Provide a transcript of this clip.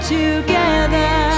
together